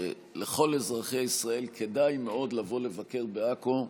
שלכל אזרחי ישראל כדאי מאוד לבוא לבקר בעכו.